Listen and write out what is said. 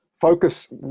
focus